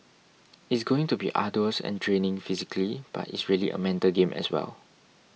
it's going to be arduous and draining physically but it's really a mental game as well